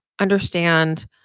understand